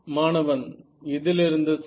மாணவன் இதிலிருந்து சார்